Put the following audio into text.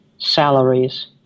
salaries